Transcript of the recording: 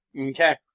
Okay